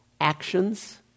actions